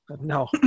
No